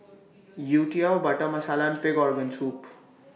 Youtiao Butter Masala and Pig Organ Soup